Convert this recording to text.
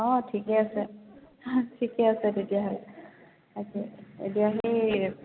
অঁ ঠিকে আছে ঠিকে আছে তেতিয়াহ'লে তাকে এতিয়া সেই